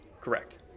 correct